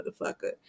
motherfucker